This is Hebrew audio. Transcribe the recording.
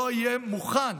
לא יהיה מוכן